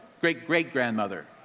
great-great-grandmother